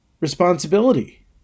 responsibility